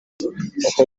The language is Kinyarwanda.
uko